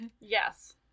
Yes